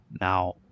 Now